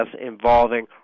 involving